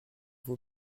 vos